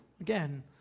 Again